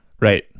Right